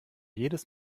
jedes